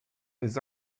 his